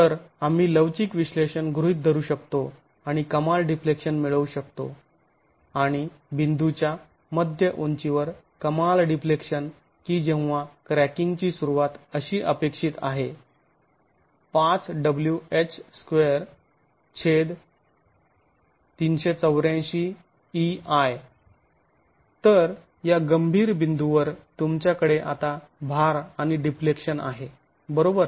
तरआम्ही लवचिक विश्लेषण गृहीत धरू शकतो आणि कमाल डिफ्लेक्शन मिळवु शकतो आणि बिंदूच्या मध्य उंचीवर कमाल डिफ्लेक्शन की जेव्हा क्रॅकिंगची सुरुवात अशी अपेक्षित आहे 5wh2384EI तर या गंभीर बिंदूवर तुमच्याकडे आता भार आणि डिफ्लेक्शन आहे बरोबर